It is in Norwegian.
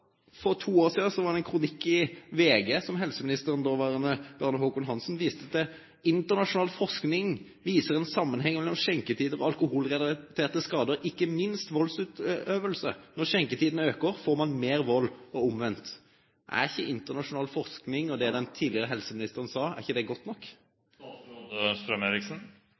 For to år siden var det en kronikk i VG som den daværende helseministeren Bjarne Håkon Hanssen viste til: «Internasjonal forskning viser en sammenheng mellom skjenketider og alkoholrelaterte skader, ikke minst voldsutøvelse. Når skjenketiden øker, får man mer vold og omvendt.» Er ikke det internasjonal forskning og det den tidligere helseministeren sa, godt nok? Internasjonal forskning er selvfølgelig viktig. Det